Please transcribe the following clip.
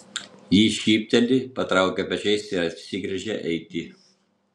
ji šypteli patraukia pečiais ir apsigręžia eiti